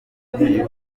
ishize